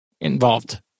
involved